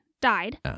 died